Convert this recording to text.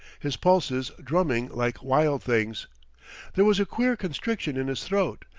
his pulses drumming like wild things there was a queer constriction in his throat,